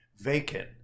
vacant